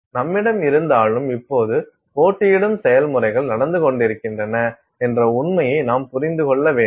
நம்மிடம் இருந்தாலும் இப்போது போட்டியிடும் செயல்முறைகள் நடந்து கொண்டிருக்கின்றன என்ற உண்மையை நாம் புரிந்து கொள்ள வேண்டும்